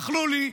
אכלו לי,